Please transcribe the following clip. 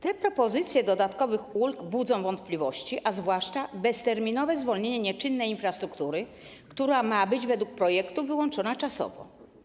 Te propozycje dodatkowych ulg budzą wątpliwość, a zwłaszcza bezterminowe zwolnienie nieczynnej infrastruktury, która ma być według projektu wyłączona czasowo.